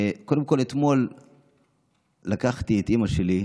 קודם כול, אתמול לקחתי את אימא שלי,